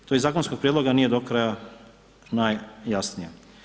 To iz zakonskog prijedloga nije do kraja najjasnije.